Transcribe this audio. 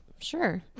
Sure